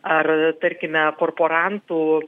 ar tarkime korporantų